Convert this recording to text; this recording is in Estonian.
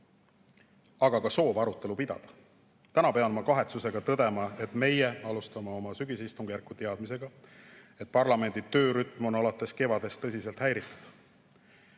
aga ka soov arutelu pidada. Täna pean ma aga kahetsusega tõdema, et meie alustame oma sügisistungjärku teadmisega, et parlamendi töörütm on alates kevadest tõsiselt häiritud.